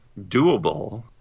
doable